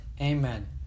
amen